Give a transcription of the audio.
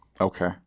Okay